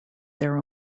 their